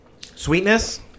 Sweetness